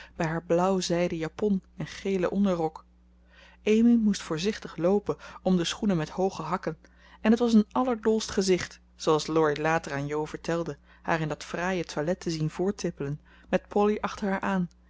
bij haar blauw zijden japon en gelen onderrok amy moest voorzichtig loopen om de schoenen met hooge hakken en het was een allerdolst gezicht zooals laurie later aan jo vertelde haar in dat fraaie toilet te zien voorttippelen met polly achter haar aan